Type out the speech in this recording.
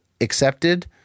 accepted